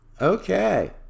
Okay